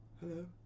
hello